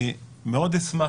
אני מאוד אשמח,